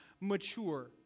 mature